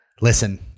Listen